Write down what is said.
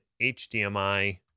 hdmi